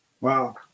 Wow